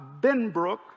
Benbrook